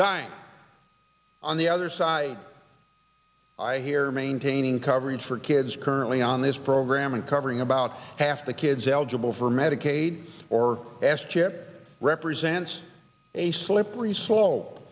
dying on the other side i hear maintaining coverage for kids currently on this program and covering about half the kids eligible for medicaid or asked chip represents a slippery slope